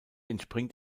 entspringt